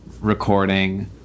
recording